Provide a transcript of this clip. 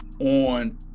on